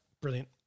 Brilliant